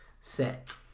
set